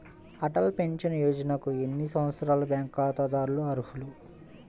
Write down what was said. Atal pension యోజనకు ఎన్ని సంవత్సరాల బ్యాంక్ ఖాతాదారులు అర్హులు?